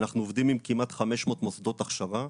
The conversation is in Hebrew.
אנחנו עובדים עם כמעט 500 מוסדות הכשרה.